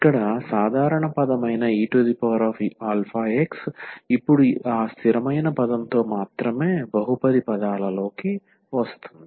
ఇక్కడ సాధారణ పదం అయిన eαx ఇప్పుడు ఆ స్థిరమైన పదంతో మాత్రమే బహుపది పదాలలోకి వస్తుంది